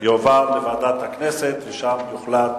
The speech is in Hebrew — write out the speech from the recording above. שתקבע ועדת הכנסת נתקבלה.